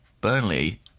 Burnley